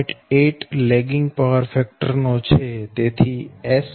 80 lagging power factor નો છે